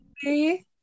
hey